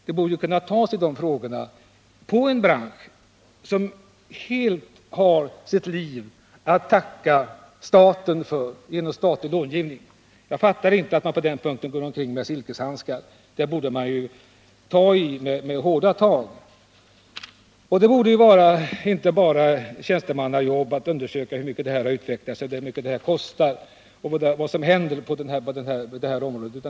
Det borde kunna tas i de här frågorna, i en bransch som helt har staten att tacka för sitt liv. Jag fattar inte att man på den punkten går omkring med silkesvantar. Här borde man ta i med hårda tag. Det borde inte vara bara ett tjänstemannajobb att undersöka vad som händer på det här området.